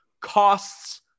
costs